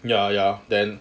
ya ya then